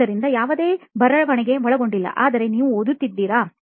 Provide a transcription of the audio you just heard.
ಆದ್ದರಿಂದ ಯಾವುದೇ ಬರವಣಿಗೆ ಒಳಗೊಂಡಿಲ್ಲ ಆದರೆ ನೀವು ಓದುತ್ತಿದ್ದೀರಾ